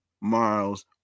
miles